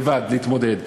לבד להתמודד.